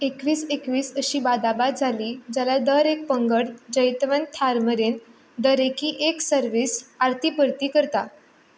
एकवीस एकवीस अशी बादाबाद जाली जाल्यार दर एक पंगड जैतवंत थारमेरेन दरेकी एक सर्व्हीस आरती परती करता